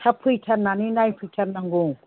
थाब फैथारनानै नायफैथारनांगौ